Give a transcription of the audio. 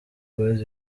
boyz